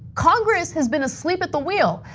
congress has been asleep at the wheel.